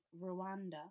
Rwanda